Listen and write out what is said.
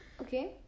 Okay